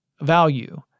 value